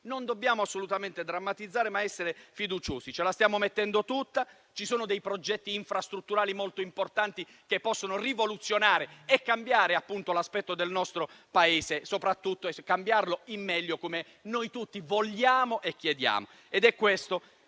Non dobbiamo assolutamente drammatizzare, ma essere fiduciosi. Ce la stiamo mettendo tutta; ci sono progetti infrastrutturali molto importanti, che possono rivoluzionare e cambiare l'aspetto del nostro Paese, soprattutto cambiarlo in meglio, come tutti noi vogliamo e chiediamo.